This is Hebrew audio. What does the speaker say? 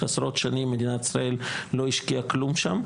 עשרות שנים מדינת ישראל לא השקיעה כלום שם,